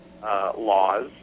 laws